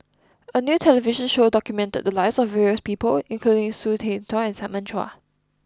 a new television show documented the lives of various people including Hsu Tse Kwang and Simon Chua